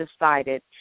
decided